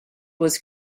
was